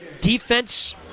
defense